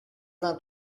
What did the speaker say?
vingt